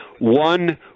one